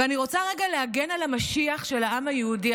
ואני רוצה רגע להגן על המשיח של העם היהודי,